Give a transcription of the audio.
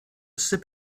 sip